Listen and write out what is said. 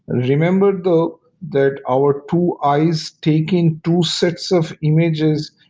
and remember though that our two eyes taking two sets of images,